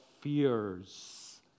fears